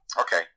Okay